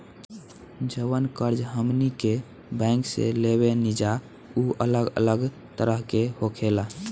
जवन कर्ज हमनी के बैंक से लेवे निजा उ अलग अलग तरह के होखेला